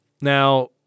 now